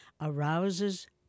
arouses